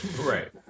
right